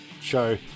show